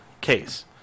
case